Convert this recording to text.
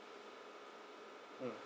mm